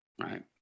right